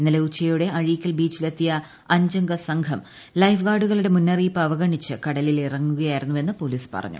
ഇന്നലെ ഉച്ചയേടെ അഴീക്കൽ ബീച്ചിലെത്തിയ അഞ്ചംഗ സംഘം ലൈഫ്ഗാർഡുകളുടെ മുന്നറിയിപ്പ് അവഗണിച്ചു കടലിൽ ഇറങ്ങുകയായിരുന്നുവെന്ന് പൊലീസ് പറഞ്ഞു